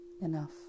enough